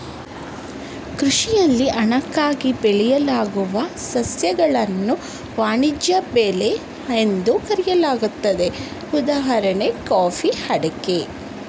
ಕೃಷಿಯಲ್ಲಿ ಹಣಕ್ಕಾಗಿ ಬೆಳೆಯಲಾಗುವ ಸಸ್ಯಗಳನ್ನು ವಾಣಿಜ್ಯ ಬೆಳೆ ಎಂದು ಕರೆಯಲಾಗ್ತದೆ ಉದಾಹಣೆ ಕಾಫಿ ಅಡಿಕೆ